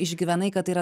išgyvenai kad tai yra